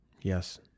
Yes